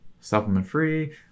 supplement-free